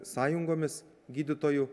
sąjungomis gydytojų